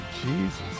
Jesus